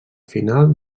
final